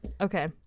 Okay